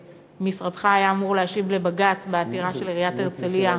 משרדך היה אמור להשיב לבג"ץ בעתירה של עיריית הרצלייה